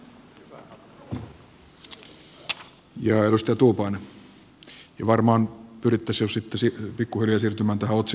edustaja tuupainen ja varmaan pyrittäisiin jo sitten pikkuhiljaa siirtymään tähän otsikon mukaiseen asiaan